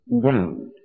ground